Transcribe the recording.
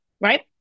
Right